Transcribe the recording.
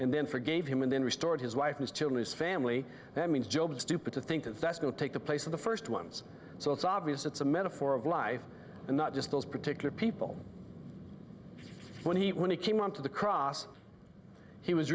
and then forgave him and then restored his wife and children his family that means job it's stupid to think that that's going to take the place of the first ones so it's obvious it's a metaphor of life and not just those particular people when he when he came on to the cross he was